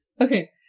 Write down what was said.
Okay